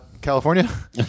California